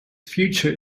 future